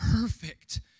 perfect